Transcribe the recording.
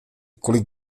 kolik